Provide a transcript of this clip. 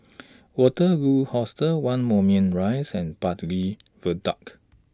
Waterloo Hostel one Moulmein Rise and Bartley Viaduct